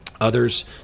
Others